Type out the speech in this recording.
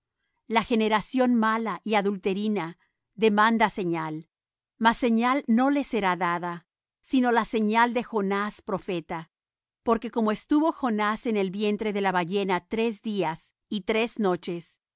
la generación mala y adulterina demanda señal mas señal no le será dada sino la señal de jonás profeta porque como estuvo jonás en el vientre de la ballena tres días y tres noches